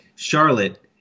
Charlotte